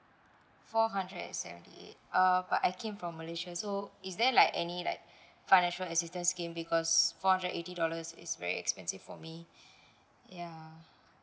four hundred and seventy eight uh but I came from malaysia so is there like any like financial assistance scheme because four hundred eighty dollars is very expensive for me ya